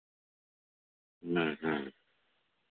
ᱦᱮᱸ ᱦᱮᱸ